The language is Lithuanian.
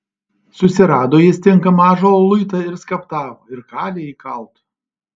susirado jis tinkamą ąžuolo luitą ir skaptavo ir kalė jį kaltu